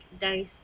dice